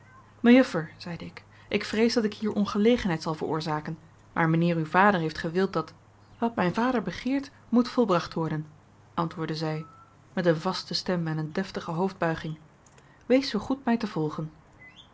mejuffer zeide ik ik vrees dat ik hier ongelegenheid zal veroorzaken maar mijnheer uw vader heeft gewild dat wat mijn vader begeert moet volbracht worden antwoordde zij met een vaste stem en een deftige hoofdbuiging wees zoo goed mij te volgen